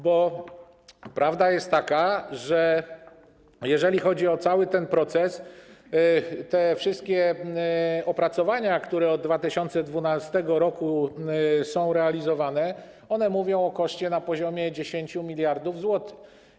Bo prawda jest taka, że jeżeli chodzi o cały ten proces, to wszystkie opracowania, które od 2012 r. są realizowane, mówią o koszcie na poziomie 10 mld zł.